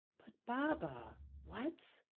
but baba what?